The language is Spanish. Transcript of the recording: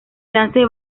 chance